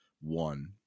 one